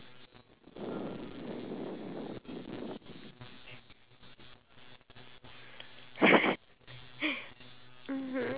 we should just be thankful and eat whatever we have because one day who knows we can just end up like them